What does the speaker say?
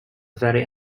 very